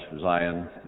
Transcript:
Zion